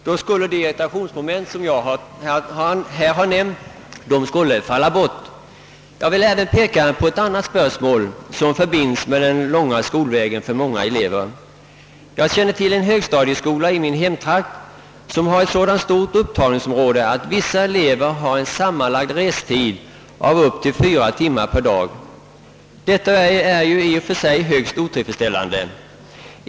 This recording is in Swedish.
Då skulle de irritationsmoment som jag nämnt falla bort. Jag vill även peka på ett annat problem som är förbundet med den långa skolvägen för många elever. Jag känner till en högstadieskola i min hemtrakt, som har ett så stort upptagningsområde, att vissa elever har en sammanlagd restid av upp till fyra timmar per dag. Detta är i och för sig högst otillfredsställande.